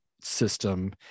System